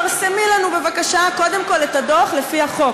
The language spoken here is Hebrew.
פרסמי לנו בבקשה קודם כול את הדוח לפי החוק,